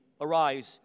Arise